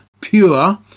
Pure